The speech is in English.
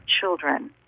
children